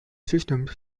systems